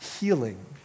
healing